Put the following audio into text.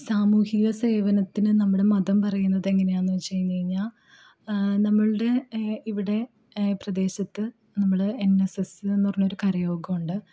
സാമൂഹിക സേവനത്തിനു നമ്മുടെ മതം പറയുന്നത് എങ്ങനെയാണെന്നു വെച്ചു കഴിഞ്ഞു കഴിഞ്ഞാൽ നമ്മളുടെ ഇവിടെ പ്രദേശത്തു നമ്മൾ എൻ എസ് സ് എന്നു പറഞ്ഞൊരു കരയോഗമുണ്ട്